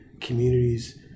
communities